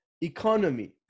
economy